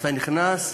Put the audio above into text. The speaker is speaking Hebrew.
ואתה נכנס,